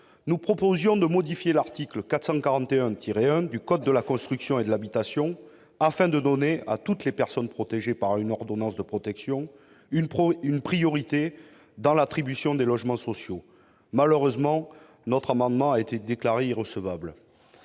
nous proposions de modifier l'article L. 441-1 du code de la construction et de l'habitation afin de donner à toutes les personnes protégées par une ordonnance de protection une priorité dans l'attribution des logements sociaux. Malheureusement, comme je l'ai souligné en